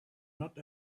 not